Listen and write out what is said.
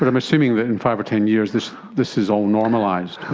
but i'm assuming that in five or ten years this this is all normalised.